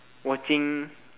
watching